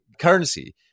currency